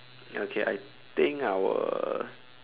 okay I think I will